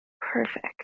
Perfect